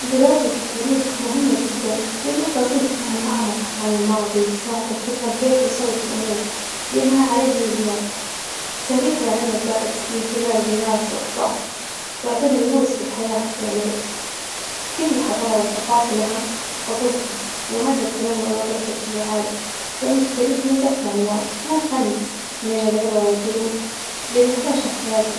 دراسة التاريخ مهمة جدا لإنها تعطيك فهم أعمق عن الماظي وتساعدك تفهم كيف وصل الأمور لما هي عليها اليوم، التاريخ يعلمك بعد من تجارب الناس وأخطاءهم، ويعطيك دروس في الحياة، يعني كل حظارة وثقافة لها قصصها، وهذا التنوع نظرتك للعالم يعني التاريخ مو بس معلومات، هو كنز من العبر والدروس اللي نحتاجها في حياتنا.